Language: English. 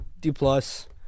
D-plus